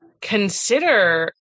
consider